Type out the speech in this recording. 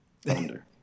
Thunder